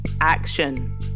action